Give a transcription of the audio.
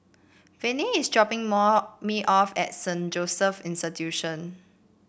Venie is dropping me off at Saint Joseph's Institution